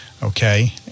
Okay